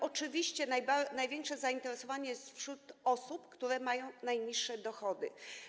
Oczywiście największe zainteresowanie jest wśród osób, które mają najniższe dochody.